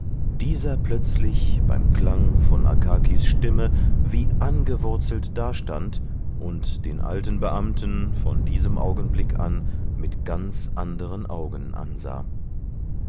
dieser plötzlich beim klang von akakis stimme wie angewurzelt dastand und den alten beamten von diesem augenblick an mit ganz anderen augen ansah